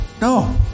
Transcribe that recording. No